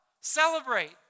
Celebrate